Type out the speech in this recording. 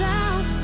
out